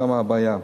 שם הבעיה.